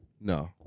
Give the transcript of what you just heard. No